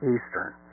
Eastern